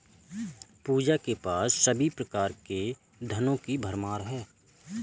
पूजा के पास सभी प्रकार के धनों की भरमार है